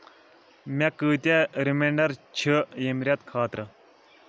مےٚ کۭتیاہ ریمنانڑر چھِ ییٚمہِ رٮ۪تہٕ خٲطرٕ؟